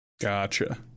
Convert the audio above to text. Gotcha